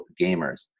gamers